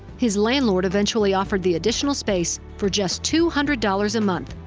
his landlord eventually offered the additional space for just two hundred dollars a month.